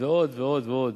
ועוד ועוד ועוד.